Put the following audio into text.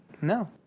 No